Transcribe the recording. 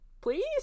Please